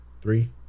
Three